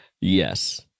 yes